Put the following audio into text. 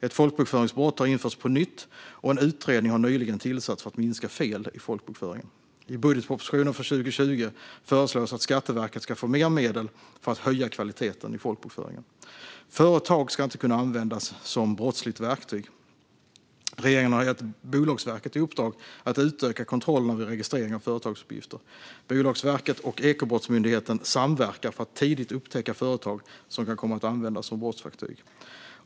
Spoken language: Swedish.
Ett folkbokföringsbrott har införts på nytt och en utredning har nyligen tillsatts för att minska fel i folkbokföringen. I budgetpropositionen för 2020 föreslås att Skatteverket ska få mer medel för att höja kvaliteten i folkbokföringen. Företag ska inte kunna användas som brottsligt verktyg. Regeringen har gett Bolagsverket i uppdrag att utöka kontrollerna vid registrering av företagsuppgifter. Bolagsverket och Ekobrottsmyndigheten samverkar för att tidigt upptäcka företag som kan komma att användas som brottsverktyg.